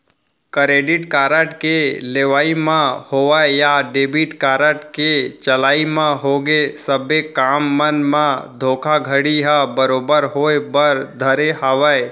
credit card के लेवई म होवय या डेबिट कारड के चलई म होगे सबे काम मन म धोखाघड़ी ह बरोबर होय बर धरे हावय